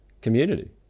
community